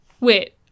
wait